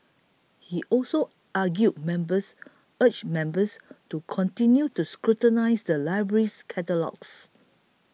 he also argue members urged members to continue to scrutinise the library's catalogues